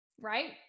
right